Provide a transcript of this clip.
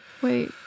Wait